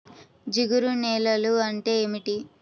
జిగురు నేలలు అంటే ఏమిటీ?